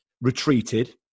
retreated